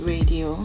Radio